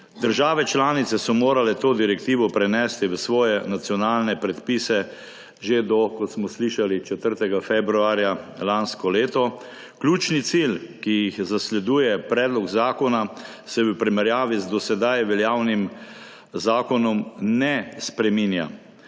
Države članice so morale to direktivo prenesti v svoje nacionalne predpise že do, kot smo slišali, 4. februarja lanskega leta. Ključni cilji, ki jih zasleduje predlog zakona, se v primerjavi z do sedaj veljavnim zakonom ne spreminjajo.